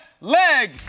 leg